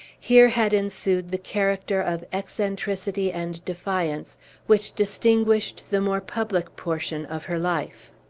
here had ensued the character of eccentricity and defiance which distinguished the more public portion of her life.